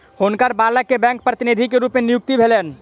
हुनकर बालक के बैंक प्रतिनिधि के रूप में नियुक्ति भेलैन